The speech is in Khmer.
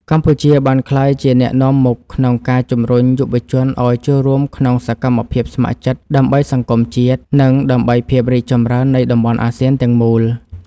កម្ពុជាបានក្លាយជាអ្នកនាំមុខក្នុងការជំរុញយុវជនឱ្យចូលរួមក្នុងសកម្មភាពស្ម័គ្រចិត្ត ដើម្បីសង្គមជាតិ និងដើម្បីភាពរីកចម្រើននៃតំបន់អាស៊ានទាំងមូល។